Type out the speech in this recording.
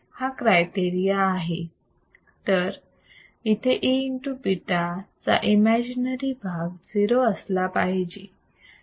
हा क्रायटेरिया आहे तर इथे Aβ चा इमॅजिनरी भाग 0 असला पाहिजे